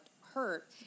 hurt